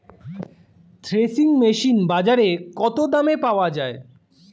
Threshing machine বাজারে কত দামে পাওয়া যায়?